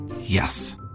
Yes